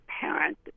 parent